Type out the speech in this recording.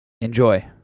Enjoy